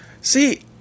See